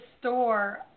store